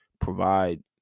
provide